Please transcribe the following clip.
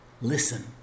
Listen